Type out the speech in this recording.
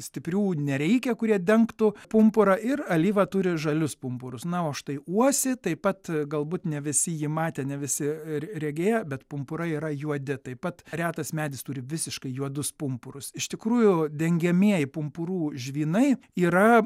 stiprių nereikia kurie dengtų pumpurą ir alyva turi žalius pumpurus na o štai uosį taip pat galbūt ne visi jį matę ne visi regėjo bet pumpurai yra juodi taip pat retas medis turi visiškai juodus pumpurus iš tikrųjų dengiamieji pumpurų žvynai yra